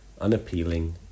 unappealing